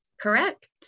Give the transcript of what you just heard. Correct